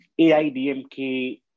AIDMK